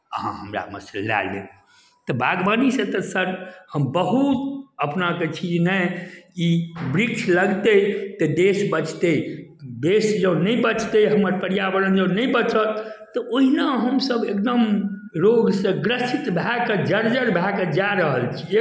अहाँ हमरामे सँ लए लेब तऽ बागवानीसँ तऽ सर हम बहुत अपनाके छी जे नहि ई वृक्ष लगतै तऽ देश बचतै देश जँ नहि बचतै हमर पर्यावरण जँ नहि बचत तऽ ओहिना हम सभ एकदम रोगसँ ग्रसित भए कऽ जर्जर भए कऽ जा रहल छियै